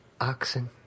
oxen